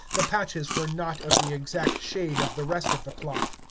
the patches were not of the exact shade of the rest of the cloth.